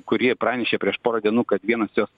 kurie pranešė prieš porą dienų kad vienas jos